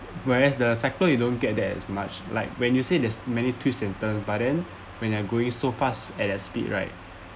whereas the circle you don't get as much like when you say there's many twists and turns but then when they're going so fast at a speed right